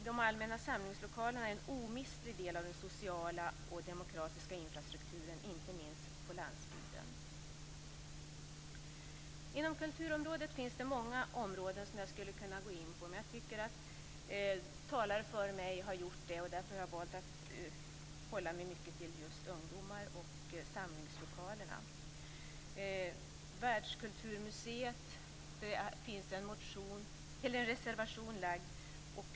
De allmänna samlingslokalerna är en omistlig del av den sociala och demokratiska infrastrukturen, inte minst på landsbygden. Inom kulturområdet finns det mycket som jag skulle kunna gå in på, men talare före mig har gjort det, och därför har jag valt att hålla mig till att prata mycket om just ungdomar och samlingslokaler. Det finns en reservation som gäller världskulturmuseet.